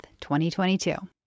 2022